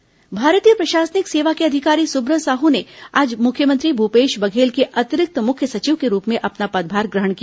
पदस्थापना भारतीय प्रशासनिक सेवा के अधिकारी सुब्रत साहू ने आज मुख्यमंत्री भूपेश बघेल के अतिरिक्त मुख्य सचिव के रूप में अपना पदभार ग्रहण किया